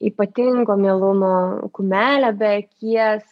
ypatingo mielumo kumelę be akies